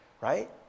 right